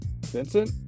Vincent